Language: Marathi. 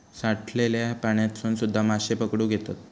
साठलल्या पाण्यातसून सुध्दा माशे पकडुक येतत